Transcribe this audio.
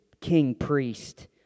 king-priest